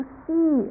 see